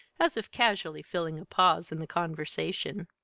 as if casually filling a pause in the conversation.